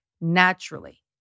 naturally